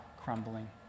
crumbling